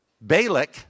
Balak